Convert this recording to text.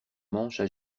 manches